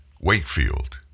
Wakefield